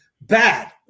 bad